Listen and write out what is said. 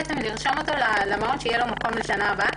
לרשום אותו למעון כדי שיהיה לו מקום לשנה הבאה.